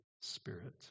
spirit